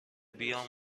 بیام